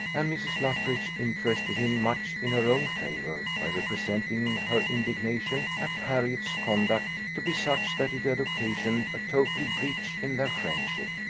and mrs. luttridge interested him much in her own favour, by representing her indignation at harriot's conduct to be such that it had occasioned a total breach in their friendship.